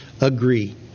agree